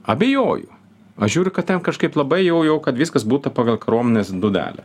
abejoju aš žiūriu kad ten kažkaip labai jau jau kad viskas būtų pagal karuomenės dūdelę